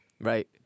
right